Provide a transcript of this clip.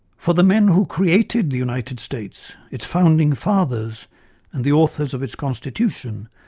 for the men who created the united states, its founding fathers and the authors of its constitution,